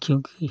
क्योंकि